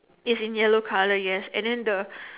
is in yellow colour yes and then the